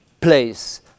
place